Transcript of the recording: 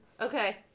Okay